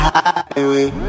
highway